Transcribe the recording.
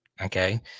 okay